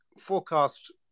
forecast